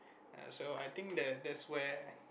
err so I think that that's where